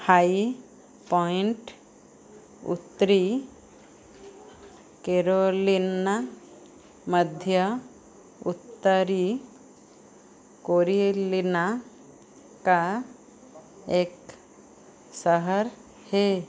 high Point उत्तरी Carolina मध्य उत्तरी कोरिलिना का एक शहर है